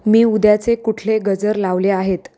मी उद्याचे कुठले गजर लावले आहेत